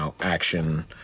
action